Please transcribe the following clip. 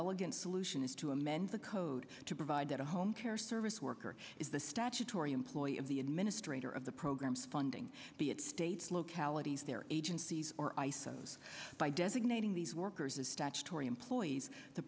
elegant solution is to amend the code to provide a home care service worker is the statutory employee of the administrator of the program's funding be it states localities their agencies or isos by designating these workers as statutory employees the